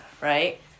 right